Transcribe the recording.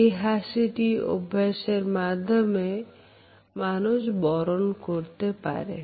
এই হাসিটি অভ্যাস এর মাধ্যমে মানুষ বরণ করতে পারে